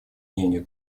мнению